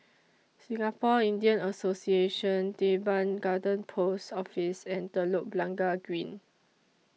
Singapore Indian Association Teban Garden Post Office and Telok Blangah Green